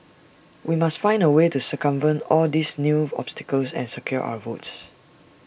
we must find A way to circumvent all these new obstacles and secure our votes